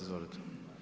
Izvolite.